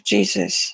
Jesus